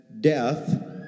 death